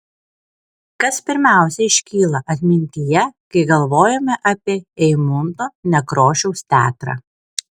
kas pirmiausia iškyla atmintyje kai galvojame apie eimunto nekrošiaus teatrą